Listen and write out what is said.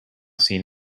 seen